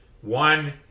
One